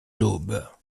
l’aube